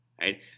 right